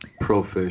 Pro-fish